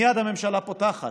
מייד הממשלה פותחת,